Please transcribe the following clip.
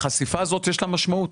לחשיפה הזו יש משמעות,